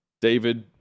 David